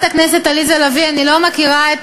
אני לא מכירה את